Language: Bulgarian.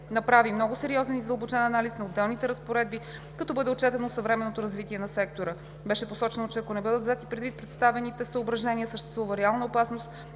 направи много сериозен и задълбочен анализ на отделните разпоредби, като бъде отчетено съвременното развитие на сектора. Беше посочено, че ако не бъдат взети предвид представените съображения, съществува реална опасност